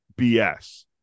bs